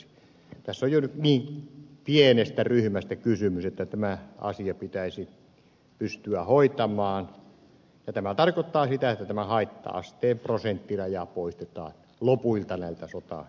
tässä on jo nyt niin pienestä ryhmästä kysymys että tämä asia pitäisi pystyä hoitamaan ja tämä tarkoittaa sitä että tämä haitta asteen prosenttiraja poistetaan lopuilta sotainvalideilta